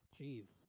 Jeez